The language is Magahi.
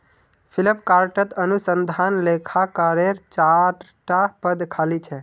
फ्लिपकार्टत अनुसंधान लेखाकारेर चार टा पद खाली छ